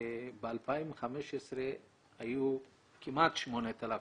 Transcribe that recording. ב-2015 היו כמעט 8,000